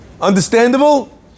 Understandable